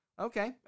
Okay